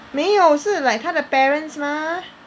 没有是 like 他的 parents mah